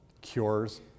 Cures